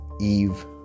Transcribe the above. Eve